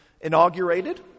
inaugurated